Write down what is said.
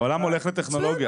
העולם הולך לטכנולוגיה.